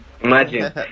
imagine